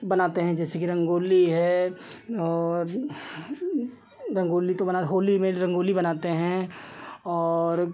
बनाते हैं जैसे कि रंगोली है और रंगोली तो बना होली में रंगोली बनाते हैं और